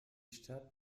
stadt